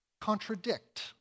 contradict